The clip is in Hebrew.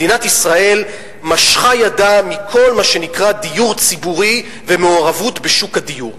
מדינת ישראל משכה ידה מכל מה שנקרא דיור ציבורי ומעורבות בשוק הדיור.